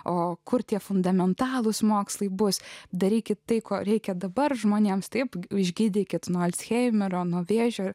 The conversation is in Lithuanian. o kur tie fundamentalūs mokslai bus darykit tai ko reikia dabar žmonėms taip išgydykit nuo alzheimerio nuo vėžio ir